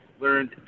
learned